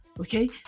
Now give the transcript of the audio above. Okay